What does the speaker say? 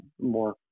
more